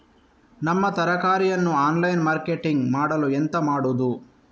ನಮ್ಮ ತರಕಾರಿಯನ್ನು online marketing ಮಾಡಲು ಎಂತ ಮಾಡುದು?